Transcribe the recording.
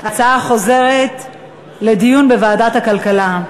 ההצעה חוזרת לדיון בוועדת הכלכלה.